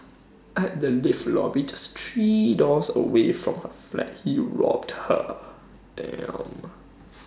at the lift lobby just three doors away from her flat he robbed her